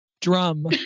Drum